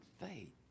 faith